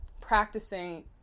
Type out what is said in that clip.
practicing